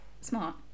smart